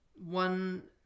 One